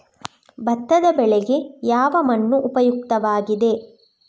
ಭತ್ತದ ಬೆಳೆಗೆ ಯಾವ ಮಣ್ಣು ಉಪಯುಕ್ತವಾಗಿದೆ?